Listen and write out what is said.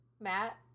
Matt